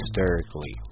hysterically